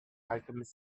alchemist